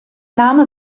name